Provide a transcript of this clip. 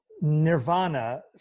Nirvana